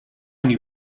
knew